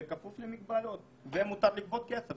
בכפוף למגבלות, ומותר לגבות כסף.